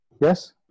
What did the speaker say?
Yes